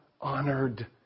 honored